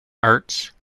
arts